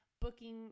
booking